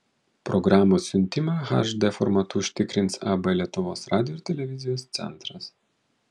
programos siuntimą hd formatu užtikrins ab lietuvos radijo ir televizijos centras